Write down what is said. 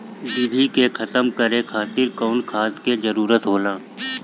डिभी के खत्म करे खातीर कउन खाद के जरूरत होला?